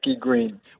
Green